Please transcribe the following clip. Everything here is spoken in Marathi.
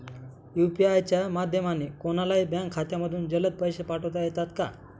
यू.पी.आय च्या माध्यमाने कोणलाही बँक खात्यामधून जलद पैसे पाठवता येतात का?